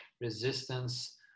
resistance